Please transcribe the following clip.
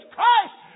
Christ